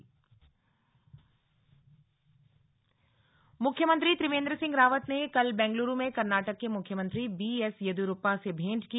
CM Bengaluru मुख्यमंत्री त्रिवेन्द्र सिंह रावत ने कल बेंगलुरु में कर्नाटक के मुख्यमंत्री बीएस येदियुरप्पा से भेंट की